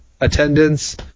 attendance